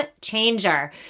changer